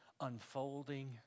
unfolding